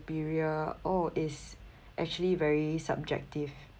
superior oh is actually very subjective